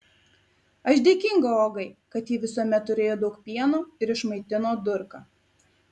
aš dėkinga ogai kad ji visuomet turėjo daug pieno ir išmaitino durką